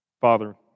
Father